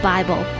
Bible